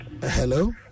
hello